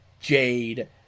Jade